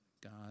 God